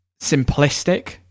simplistic